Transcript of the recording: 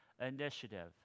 Initiative